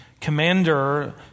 commander